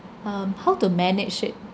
um how to manage it